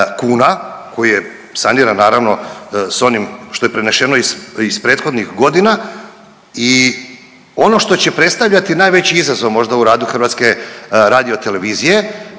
koji je saniran naravno s onim što je prenešeno iz prethodnih godina. I ono što će predstavljati najveći izazov možda u radu HRT-a to je